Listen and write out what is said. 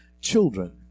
children